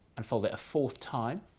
and fold it a fourth time,